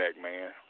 man